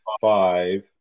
five